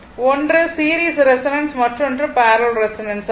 ஒன்று series resonance மற்றொன்று parallel resonance ஆகும்